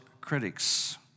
critics